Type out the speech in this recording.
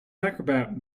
acrobat